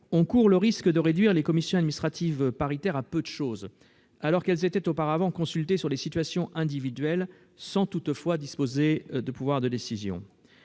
on court le risque de réduire les commissions administratives paritaires à peu de chose, alors qu'elles étaient auparavant consultées sur les situations individuelles sans toutefois disposer de pouvoir de décision.